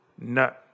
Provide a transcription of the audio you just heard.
No